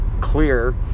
clear